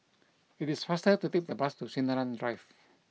it is faster to take the bus to Sinaran Drive